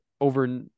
over